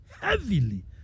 heavily